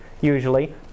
Usually